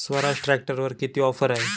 स्वराज ट्रॅक्टरवर किती ऑफर आहे?